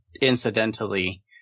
incidentally